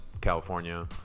California